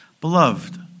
Beloved